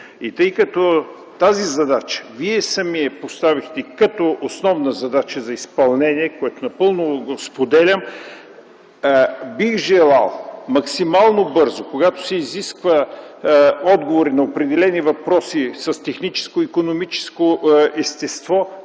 Тъй като тази задача вие сами я поставихте като основна задача за изпълнение, което напълно споделям, бих желал максимално бързо, когато се изискват отговори на определени въпроси с икономическо и техническо естество,